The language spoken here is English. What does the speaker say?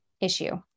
issue